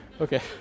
Okay